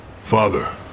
Father